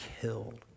killed